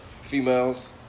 females